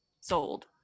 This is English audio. sold